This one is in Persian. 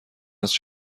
است